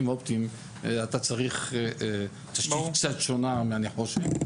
אופטיים אתה צריך תשתית קצת שונה מהנחושת,